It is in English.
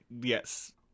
yes